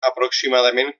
aproximadament